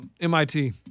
MIT